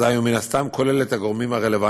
אזי הוא, מן הסתם, כולל את הגורמים הרלוונטיים,